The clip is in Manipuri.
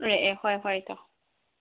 ꯑꯦ ꯑꯦ ꯍꯣꯏ ꯍꯣꯏ ꯏꯇꯥꯎ